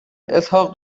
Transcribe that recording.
اسحاق